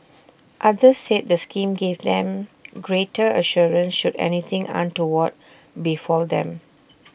others said the scheme gave them greater assurance should anything untoward befall them